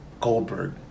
Goldberg